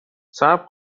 صبر